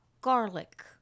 garlic